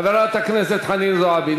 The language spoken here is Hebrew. חברת הכנסת חנין זועבי,